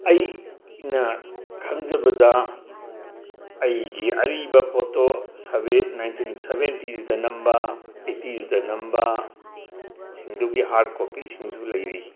ꯑꯩꯅ ꯈꯪꯖꯕꯗ ꯑꯩꯒꯤ ꯑꯔꯤꯕ ꯐꯣꯇꯣ ꯅꯥꯏꯟꯇꯤꯟ ꯁꯕꯦꯟꯇꯤꯁꯇ ꯅꯝꯕ ꯑꯩꯠꯇꯤꯁꯇ ꯅꯝꯕꯁꯤꯡꯗꯨꯒꯤ ꯍꯥꯔꯠ ꯀꯣꯄꯤꯁꯤꯉꯁꯨ ꯂꯩꯔꯤ